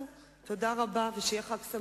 חלקי 12,